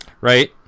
right